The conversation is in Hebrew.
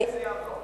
אחרי שזה יעבור.